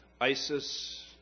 Isis